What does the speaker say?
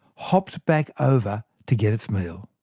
hopped back over to get its meal.